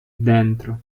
dentro